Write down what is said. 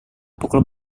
pukul